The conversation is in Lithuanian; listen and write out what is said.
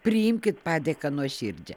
priimkit padėką nuoširdžią